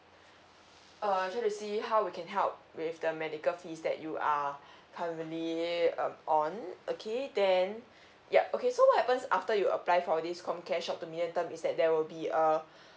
err try see how we can help with the medical fees that you are currently um on okay then yup okay so what happens after you apply for this comcare short to medium term is that there will be a